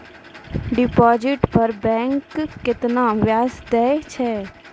Deposit पर bank केतना ब्याज दै छै?